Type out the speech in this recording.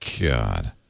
God